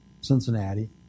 Cincinnati